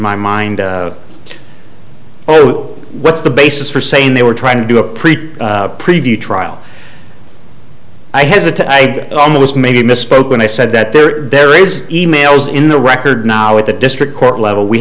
my mind oh what's the basis for saying they were trying to do a pretty preview trial i hesitate i almost made misspoke when i said that there there is e mails in the record now at the district court level we